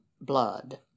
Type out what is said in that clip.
blood